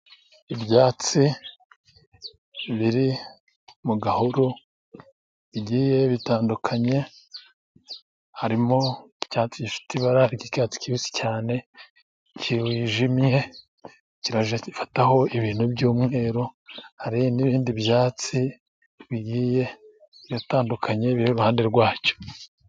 Ibyatsi biri mu gahuru bigiye bitandukanye harimo icyatsi gifite ibara ry'icyatsi kibisi cyane cy'ijimye kirajya gifataho ibintu by'umweru, hari n'ibindi byatsi bigiye bitandukanye biri iruhande rwacyo.